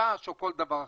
מטושטש או כל דבר אחר.